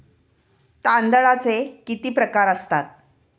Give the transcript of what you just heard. तांदळाचे किती प्रकार असतात?